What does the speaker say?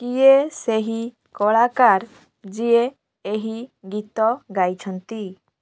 କିଏ ସେହି କଳାକାର ଯିଏ ଏହି ଗୀତ ଗାଇଛନ୍ତି